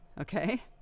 Okay